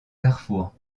carrefour